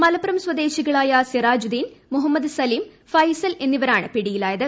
മലപ്പുറം സ്വദേശികളായ സിറാജുദ്ദീൻ മുഹമ്മദ് സലിം ഫൈസൽ എന്നിവരാണ് പിടിയിലായത്